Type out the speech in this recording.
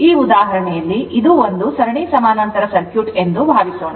ಈ ಉದಾಹರಣೆಯಲ್ಲಿ ಇದು ಒಂದು ಸರಣಿ ಸಮಾನಾಂತರ ಸರ್ಕ್ಯೂಟ್ ಎಂದು ಭಾವಿಸೋಣ